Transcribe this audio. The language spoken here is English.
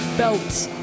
belts